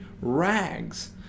rags